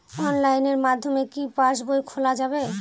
অনলাইনের মাধ্যমে কি পাসবই খোলা যাবে?